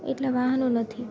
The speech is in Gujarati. એટલા વાહનો નથી